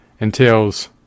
entails